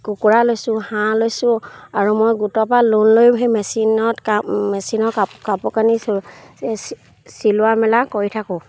কুকুৰা লৈছোঁ হাঁহ লৈছোঁ আৰু মই গোটৰ পৰা লোন লৈ সেই মেচিনত কা মেচিনৰ কাপ কাপোৰ কানি চিলোৱা মেলা কৰি থাকোঁ